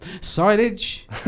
Silage